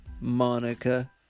Monica